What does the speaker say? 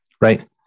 right